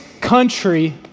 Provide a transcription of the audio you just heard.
country